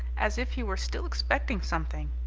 as if he were still expecting something!